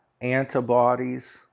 antibodies